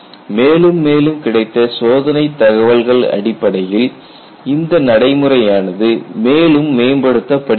மேலும் மேலும் கிடைத்த சோதனை தகவல்கள் அடிப்படையில் இந்த நடைமுறை ஆனது மேலும் மேம்படுத்தப்படுகிறது